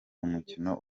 umukino